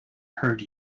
heard